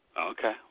Okay